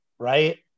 Right